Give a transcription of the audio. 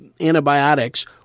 antibiotics